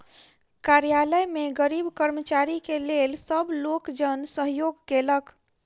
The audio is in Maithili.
कार्यालय में गरीब कर्मचारी के लेल सब लोकजन सहयोग केलक